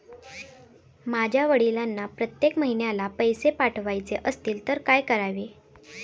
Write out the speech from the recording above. माझ्या वडिलांना प्रत्येक महिन्याला पैसे पाठवायचे असतील तर काय करावे?